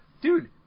Dude